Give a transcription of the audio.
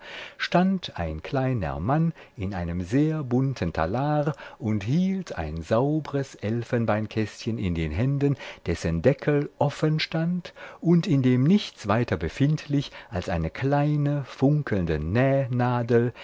stand ein kleiner mann in einem sehr bunten talar und hielt ein saubres elfenbeinkästchen in den händen dessen deckel offen stand und in dem nichts weiter befindlich als eine kleine funkelnde nähnadel